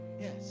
Yes